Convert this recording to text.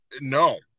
No